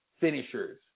finishers